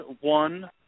one